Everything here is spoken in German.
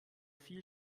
viel